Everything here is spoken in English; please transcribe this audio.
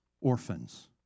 Orphans